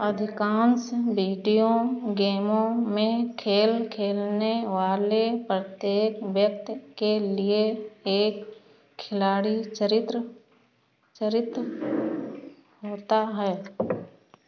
अधिकांश बीडियो गेमों में खेल खेलने वाले प्रत्येक व्यक्ति के लिए एक खिलाड़ी चरित्र चरित्र होता है